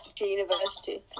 University